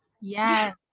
Yes